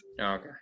okay